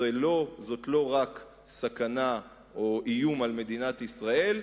זה סכנה או איום לא רק על מדינת ישראל,